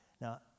Now